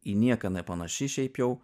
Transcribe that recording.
į nieką nepanaši šiaip jau